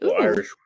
Irish